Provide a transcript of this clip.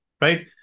right